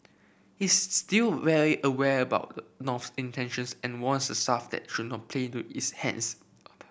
is still wary aware about the North intentions and warns the the should not play to its hands